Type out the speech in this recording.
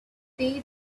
day